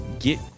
Get